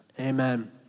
amen